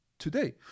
today